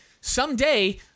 someday